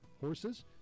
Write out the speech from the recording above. horses